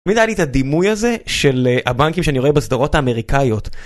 תמיד היה לי את הדימוי הזה של הבנקים שאני רואה בסדרות האמריקאיות.